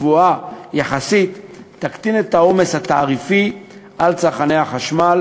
גבוהה יחסית תקטין את העומס התעריפי על צרכני החשמל,